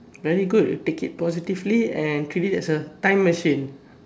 very good take it positively and treat it as a time machine